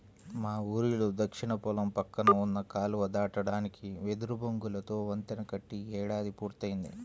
మా ఊరిలో దక్షిణ పొలం పక్కన ఉన్న కాలువ దాటడానికి వెదురు బొంగులతో వంతెన కట్టి ఏడాది పూర్తయ్యింది